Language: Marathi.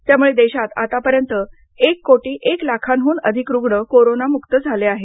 यामुळे देशात आतापर्यंत एक कोटी एक लाखाहून अधिक रुग्ण कोरोनामुक्त झाले आहेत